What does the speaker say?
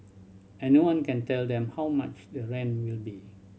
and no one can tell them how much the rent will be